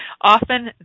Often